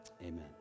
Amen